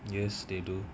yes they do